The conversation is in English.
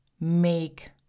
make